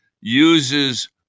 uses